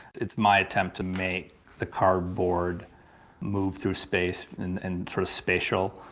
it's my attempt to make the cardboard move through space in sort of spatial,